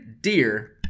dear